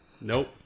Nope